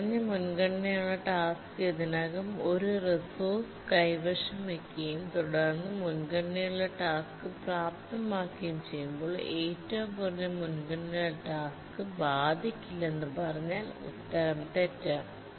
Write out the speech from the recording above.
കുറഞ്ഞ മുൻഗണനയുള്ള ടാസ്ക് ഇതിനകം തന്നെ ഒരു റിസോഴ്സ് കൈവശം വയ്ക്കുകയും ഉയർന്ന മുൻഗണനയുള്ള ടാസ്ക് പ്രാപ്തമാക്കുകയും ചെയ്യുമ്പോൾ ഏറ്റവും കുറഞ്ഞ മുൻഗണനയുള്ള ടാസ്ക് ബാധിക്കില്ലെന്ന് പറഞ്ഞാൽ ഉത്തരം തെറ്റാണ്